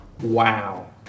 Wow